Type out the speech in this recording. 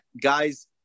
guys